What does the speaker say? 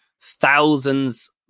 thousands